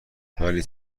ولی